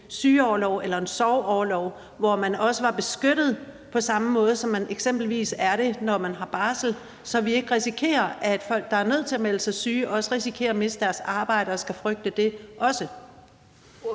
sygeorlov eller en sorgorlov, hvor man også var beskyttet på samme måde, som man eksempelvis er det, når man har barsel, så vi ikke risikerer, at folk, der er nødt til at melde sig syge, skal frygte at miste deres arbejde også. Kl. 13:35 Den fg.